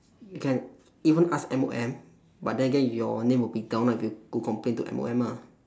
you can even ask M_O_M but then again your name will be down ah if you go to complain to M_O_M ah